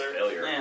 failure